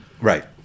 Right